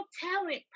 Talent